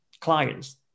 clients